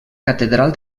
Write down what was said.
catedral